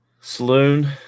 Saloon